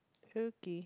okay